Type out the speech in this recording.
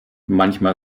manchmal